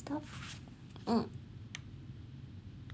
stop mm